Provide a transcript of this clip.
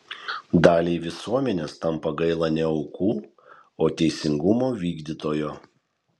daliai visuomenės tampa gaila ne aukų o teisingumo vykdytojo